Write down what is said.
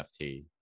nft